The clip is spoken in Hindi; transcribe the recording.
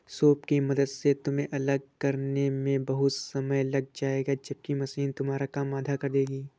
सूप की मदद से तुम्हें अलग करने में बहुत समय लग जाएगा जबकि मशीन तुम्हारा काम आधा कर देगी